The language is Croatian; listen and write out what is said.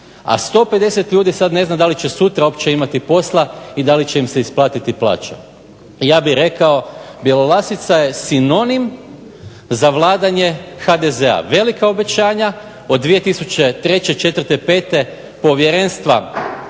a 150 ljudi ne zna sada da li će sutra imati posla i da li će im se isplatiti plaća. Ja bih rekao, Bjelolasica je sinonim za vladanje HDZ-a. velika obećanja od 2003., četvrte, pete povjerenstva